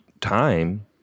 time